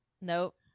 nope